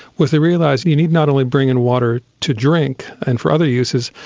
was they realised you need not only bring in water to drink and for other uses,